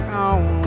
on